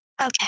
Okay